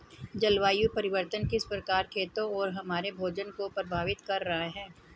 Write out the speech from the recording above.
जलवायु परिवर्तन किस प्रकार खेतों और हमारे भोजन को प्रभावित कर रहा है?